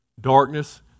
Darkness